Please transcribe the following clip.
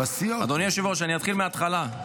אדוני היושב-ראש, אני אתחיל מההתחלה.